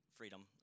Freedom